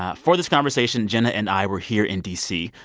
ah for this conversation, jenna and i were here in d c.